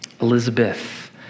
Elizabeth